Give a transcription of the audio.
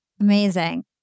amazing